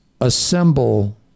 assemble